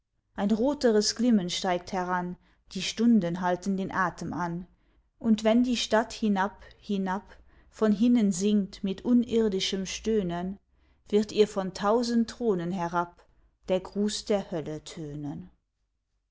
ein roteres glimmen steigt heran die stunden halten den atem an und wenn die stadt hinab hinab von hinnen sinkt mit unirdischem stöhnen wird ihr von eintausend thronen herab der gruß der hölle tönen